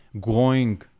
growing